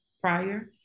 prior